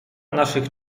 naszych